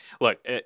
look